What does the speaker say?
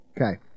Okay